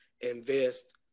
Invest